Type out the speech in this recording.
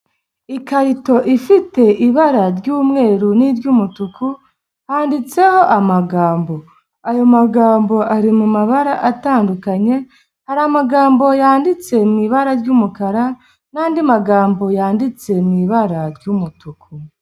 Ikarito ifite ibara ry'umweru n'iry'umutuku, handitseho amagambo, ayo magambo ari mu mabara atandukanye, hari amagambo yanditse mu ibara ry'umukara, n'andi magambo yanditse mu ibara ry'umutuku.